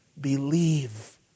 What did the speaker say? Believe